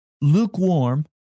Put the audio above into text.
lukewarm